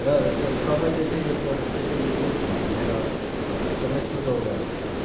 र त्यो सबैले चाहिँ यो प्रडक्ट चाहिँ किनिदियोस् भन्ने मेरो एकदमै सुझाउ रहेको छ